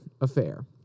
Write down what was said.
affair